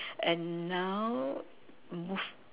and now move